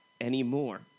anymore